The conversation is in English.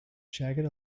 jagged